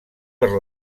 per